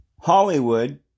Hollywood